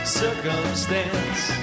circumstance